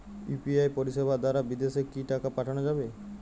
UPI পরিষেবা দারা বিদেশে কি টাকা পাঠানো যাবে?